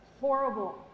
horrible